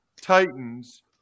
Titans